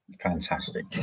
Fantastic